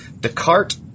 Descartes